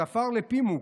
אז עפר לפיו,